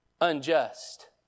unjust